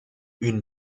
une